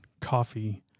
coffee